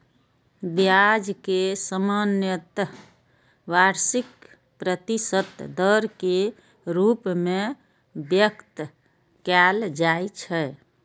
ब्याज कें सामान्यतः वार्षिक प्रतिशत दर के रूप मे व्यक्त कैल जाइ छै